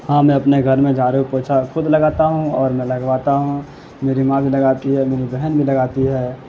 ہاں میں اپنے گھر میں جھاڑو پوچھا خود لگاتا ہوں اور میں لگواتا ہوں میری ماں بھی لگاتی ہے میری بہن بھی لگاتی ہے